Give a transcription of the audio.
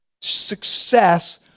Success